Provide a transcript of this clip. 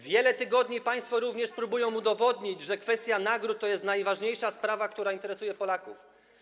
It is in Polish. Wiele tygodni państwo również próbują udowodnić, że kwestia nagród to jest najważniejsza sprawa, która interesuje Polaków.